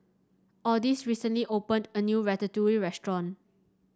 Odis recently opened a new Ratatouille restaurant